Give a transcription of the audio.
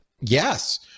Yes